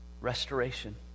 Restoration